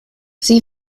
sie